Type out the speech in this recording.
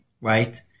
right